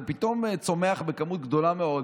זה פתאום צומח בכמות גדולה מאוד,